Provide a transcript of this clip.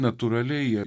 natūraliai jie